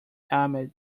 ahmed